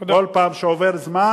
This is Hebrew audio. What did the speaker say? כל פעם שעובר זמן,